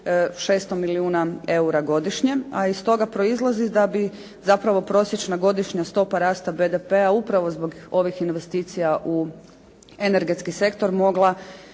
600 milijuna eura godišnje, a iz toga proizlazi da bi zapravo prosječna godišnja stopa rasta BDP-a upravo zbog ovih investicija u energetski sektor mogla